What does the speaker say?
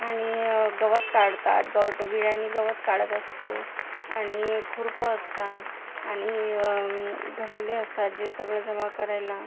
आणि गवत काढतात गवत विळ्याने गवत काढत असतो आणि खुरपं असतात आणि घमेले असतात जे सगळं जमा करायला